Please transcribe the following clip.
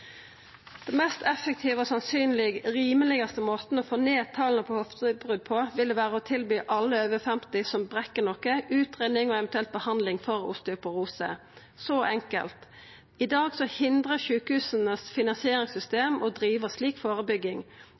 mest effektive og sannsynleg rimelegaste måten å få ned talet på hoftebrot på ville vera å tilby alle over 50 som brekker noko, utgreiing og eventuelt behandling for osteoporose – så enkelt. I dag hindrar sjukehusa sine finansieringssystem å driva slik førebygging.